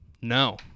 no